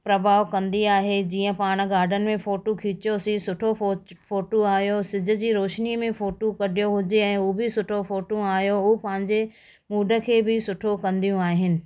प्रभाव कंदी आहे जीअं पाण गार्डन में फ़ोटू खिचियोसीं सुठो फ़ोच फ़ोटू आयोसीं सिॼ जी रोशनी में फ़ोटू कढियो हुजे ऐं उहो बि सुठो फ़ोटू आयो हो पंहिंजे मूड खे बि सुठो कंदियूं आहिनि